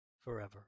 forever